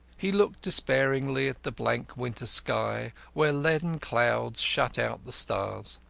he looked despairingly at the blank winter sky, where leaden clouds shut out the stars.